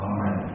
Amen